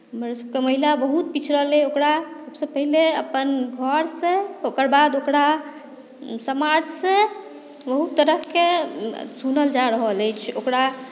हमरसभके महिला बहुत पिछड़ल अइ ओकरा सभसँ पहिने अपन घरसँ ओकर बाद ओकरा समाजसँ बहुत तरहके सुनल जा रहल अछि ओकरा